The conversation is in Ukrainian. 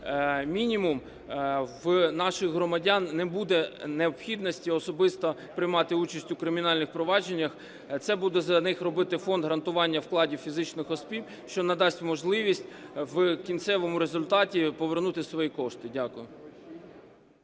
мінімум, в наших громадян не буде необхідності особисто приймати участь у кримінальних провадженнях, це буде за них робити Фонд гарантування вкладів фізичних осіб, що надасть можливість в кінцевому результаті повернути свої кошти. Дякую.